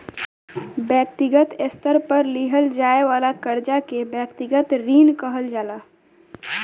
व्यक्तिगत स्तर पर लिहल जाये वाला कर्जा के व्यक्तिगत ऋण कहल जाला